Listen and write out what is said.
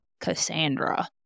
Cassandra